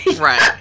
right